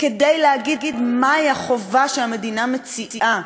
כדי להגיד מהי החובה שהמדינה מציעה